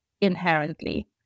inherently